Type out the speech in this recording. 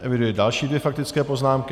Eviduji další dvě faktické poznámky.